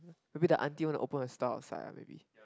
maybe the auntie want to open a store outside maybe